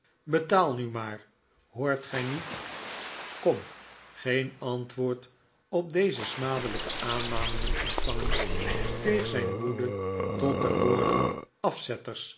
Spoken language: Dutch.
betaal nu maar hoort gij niet kom geen antwoord op deze smadelijke aanmaningen ontvangend steeg zijn woede tot de woorden afzetters